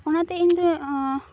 ᱚᱱᱟᱛᱮ ᱤᱧᱫᱚ